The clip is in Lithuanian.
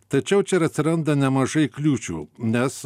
tačiau čia ir atsiranda nemažai kliūčių nes